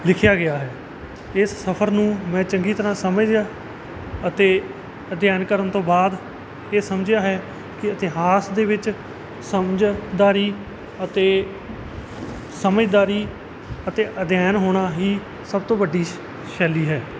ਲਿਖਿਆ ਗਿਆ ਹੈ ਇਸ ਸਫਰ ਨੂੰ ਮੈਂ ਚੰਗੀ ਤਰ੍ਹਾਂ ਸਮਝ ਅਤੇ ਅਧਿਐਨ ਕਰਨ ਤੋਂ ਬਾਅਦ ਇਹ ਸਮਝਿਆ ਹੈ ਕਿ ਇਤਿਹਾਸ ਦੇ ਵਿੱਚ ਸਮਝਦਾਰੀ ਅਤੇ ਸਮਝਦਾਰੀ ਅਤੇ ਅਧਿਐਨ ਹੋਣਾ ਹੀ ਸਭ ਤੋਂ ਵੱਡੀ ਸ ਸ਼ੈਲੀ ਹੈ